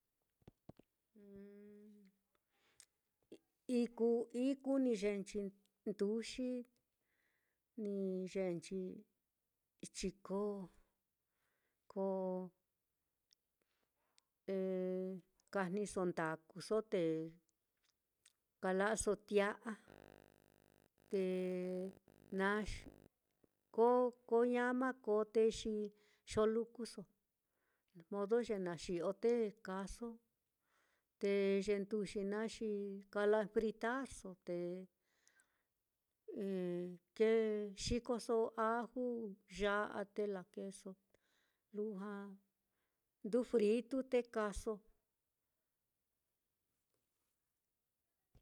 ikuu ikuu ni yeenchi nduxi ni yenchi chiko ko kajniso ndakuso te kala'aso tia'a, te na ko ko ñama ko, te xolukuso modo ye na xi'o te kaaso, te ye nduxi naá xi kala fritarso te kee xikoso aju, ya'a te lakeeso, lujua ndu fritu te kaaso.